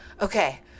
Okay